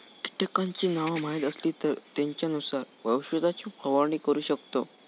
कीटकांची नावा माहीत असली तर त्येंच्यानुसार औषधाची फवारणी करू शकतव